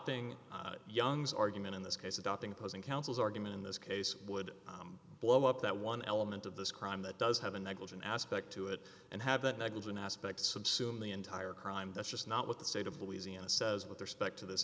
adopting young's argument in this case adopting opposing counsel's argument in this case would blow up that one element of this crime that does have a negligent aspect to it and have that negligent aspect subsume the entire crime that's just not what the state of louisiana says with respect to this